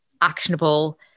actionable